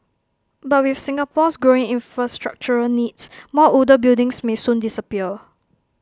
but with Singapore's growing infrastructural needs more older buildings may soon disappear